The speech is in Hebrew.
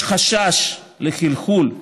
יש חשש לחלחול,